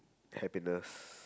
happiness